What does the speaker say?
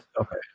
Okay